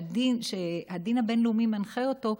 שהדין הבין-לאומי מנחה אותו,